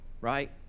right